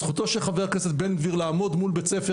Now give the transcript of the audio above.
זכותו של חבר הכנסת בן גביר לעמוד מול בית ספר